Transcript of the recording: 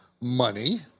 money